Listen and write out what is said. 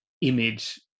image